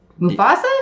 Mufasa